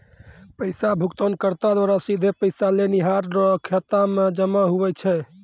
पैसा भुगतानकर्ता द्वारा सीधे पैसा लेनिहार रो खाता मे जमा हुवै छै